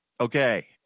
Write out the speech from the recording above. Okay